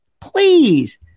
Please